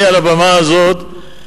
אני על הבמה הזו,